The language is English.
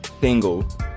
single